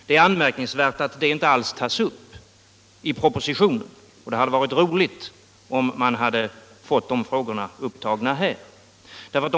Det är anmärkningsvärt att de frågorna inte alls berörs i propositionen, och det hade därför varit roligt om de nu hade tagits upp av industriministern.